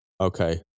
okay